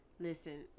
Listen